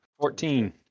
Fourteen